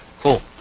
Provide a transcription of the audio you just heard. Cool